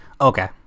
Okay